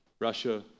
Russia